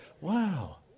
wow